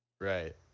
Right